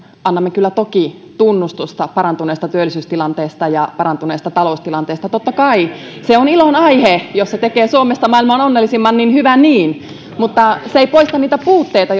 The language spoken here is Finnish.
annamme kyllä toki tunnustusta parantuneesta työllisyystilanteesta ja parantuneesta taloustilanteesta totta kai se on ilon aihe jos se tekee suomesta maailman onnellisimman niin hyvä niin mutta se ei poista niitä puutteita